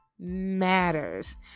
matters